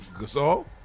Gasol